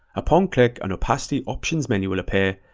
upon click, an opacity options menu will appear.